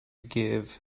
give